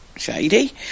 shady